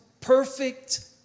perfect